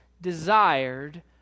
desired